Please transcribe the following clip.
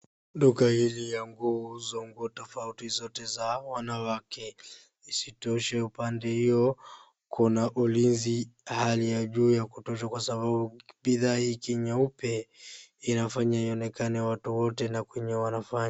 Duka hili la kuuzwa nguo tofauti zote za wanawake. Isitoshe , unpande huo kuna ulinzi hali ya juu ya kutosha kwa sababu bidhaa hiki nyeupe inafanya ionekane watu wote venye wanafanya.